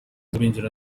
z’abinjira